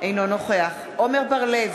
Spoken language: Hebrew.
אינו נוכח עמר בר-לב,